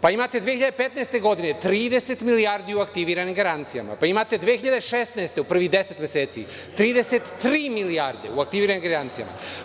pa imate 2015. godine 30 milijardi u aktiviranim garancijama, pa imate 2016. godine, u prvih 10 meseci, 33 milijarde u aktiviranim garancijama.